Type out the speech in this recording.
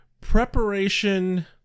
preparation